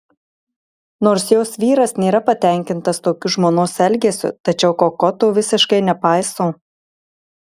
nors jos vyras nėra patenkintas tokiu žmonos elgesiu tačiau koko to visiškai nepaiso